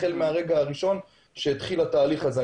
החל מהרגע הראשון שהתחיל התהליך הזה.